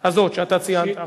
הזאת שאתה ציינת עכשיו.